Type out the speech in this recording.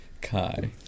Kai